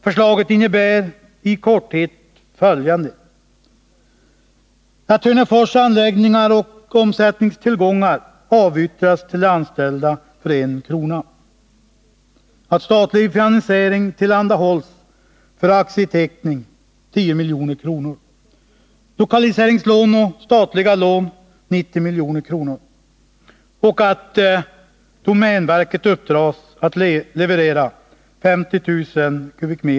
Förslaget innebär i korthet följande: Hörnefors anläggningar och omsättningstillgångar avyttras till de anställda för 1 kr. Statlig finansiering tillhandahålls för aktieteckning uppgående till 10 milj.kr. Dessutom ges lokaliseringslån och statliga lån uppgående till 90 milj.kr. Domänverket uppdras att leverera 50 000 m?